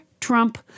Trump